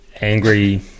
angry